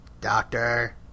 doctor